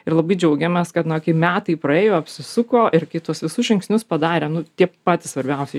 ir labai džiaugiamės kad na kai metai praėjo apsisuko ir kai tuos visus žingsnius padarė nu tie patys svarbiausi